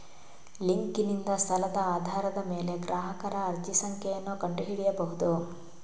ಲಿಂಕಿನಿಂದ ಸ್ಥಳದ ಆಧಾರದ ಮೇಲೆ ಗ್ರಾಹಕರ ಅರ್ಜಿ ಸಂಖ್ಯೆಯನ್ನು ಕಂಡು ಹಿಡಿಯಬಹುದು